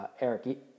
Eric